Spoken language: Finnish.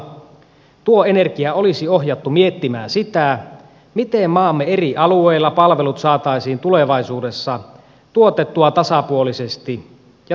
taitavalla politiikalla tuo energia olisi ohjattu miettimään sitä miten maamme eri alueilla palvelut saataisiin tulevaisuudessa tuotettua tasapuolisesti ja tarkoituksenmukaisella tavalla